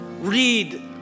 read